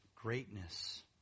greatness